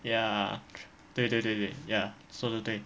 ya 对对对对 ya 说得对